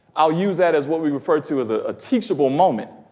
i'll use that as what we refer to as a ah teachable moment.